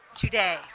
today